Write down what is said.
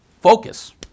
focus